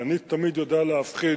ואני תמיד יודע להבחין